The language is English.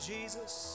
Jesus